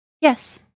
yes